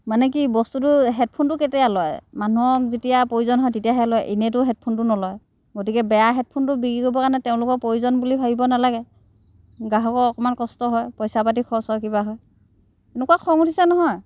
মানে কি বস্তুটো হেডফোনটো কেতিয়া লয় মানুহক যেতিয়া প্ৰয়োজন হয় তেতিয়াহে লয় এনেইতো হেডফোনটো নলয় গতিকে বেয়া হেডফোনটো বিক্ৰী কৰিবৰ কাৰণে তেওঁলোকৰ প্ৰয়োজন বুলি ভাবিব নালাগে গ্ৰাহকৰ অকণমান কষ্ট হয় পইচা পাতি খৰচ হয় কিবা হয় এনেকুৱা খং উঠিছে নহয়